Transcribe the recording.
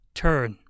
turn